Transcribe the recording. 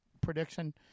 prediction